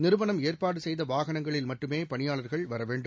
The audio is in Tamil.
நிறுவனம் ஏற்பாடுசெய்தவாகனங்களில் மட்டுமேபணியாளர்கள் வரவேண்டும்